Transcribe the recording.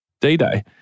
D-Day